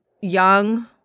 young